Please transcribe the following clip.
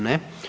Ne.